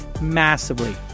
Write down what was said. massively